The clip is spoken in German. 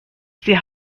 sie